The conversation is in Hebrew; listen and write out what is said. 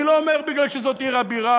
אני לא אומר כי זאת עיר הבירה,